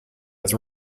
was